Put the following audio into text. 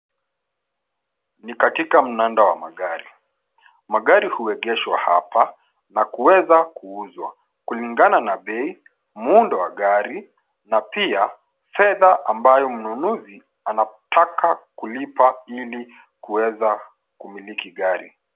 Ni katika mnada wa magari. Magari huegeshwa hapa na kuweza kuuzwa kulingana na bei, muundo wa gari na pia fedha ambayo mnunuzi anataka kulipa ili kuweza kumiliki gari.